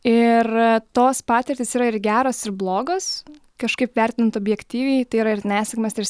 ir tos patirtys yra ir geros ir blogos kažkaip vertint objektyviai tai yra ir nesėkmes ir